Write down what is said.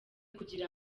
kugira